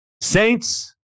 Saints